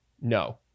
no